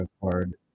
card